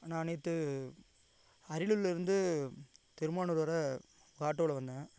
நான் நேற்று அரியலூர்லேருந்து திருமானூர் வர ஆட்டோவில் வந்தேன்